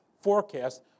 forecast